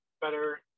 better